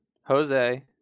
Jose